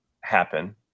happen